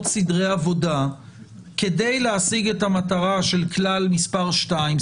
סדרי עבודה כדי להשיג את המטרה של כלל מספר 2,